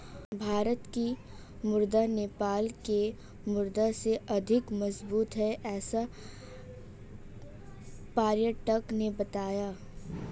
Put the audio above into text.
भारत की मुद्रा नेपाल के मुद्रा से अधिक मजबूत है ऐसा पर्यटक ने बताया